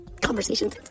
conversations